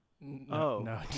No